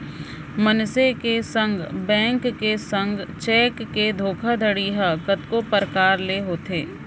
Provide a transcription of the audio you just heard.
मनसे के संग, बेंक के संग चेक के धोखाघड़ी ह कतको परकार ले होथे